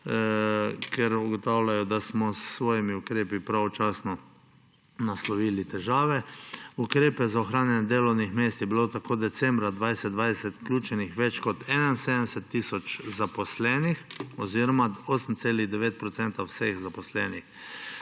kjer ugotavljajo, da smo s svojimi ukrepi pravočasno naslovili težave. V ukrepe za ohranjanje delovnih mest je bilo decembra 2020 vključenih več kot 71 tisoč zaposlenih oziroma 8,9 % vseh zaposlenih.